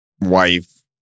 wife